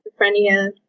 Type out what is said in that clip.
schizophrenia